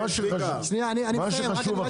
מה שחשוב, עכשיו.